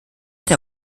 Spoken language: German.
der